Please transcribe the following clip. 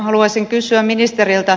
haluaisin kysyä ministeriltä